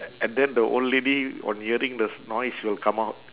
and then the old lady on hearing the noise will come out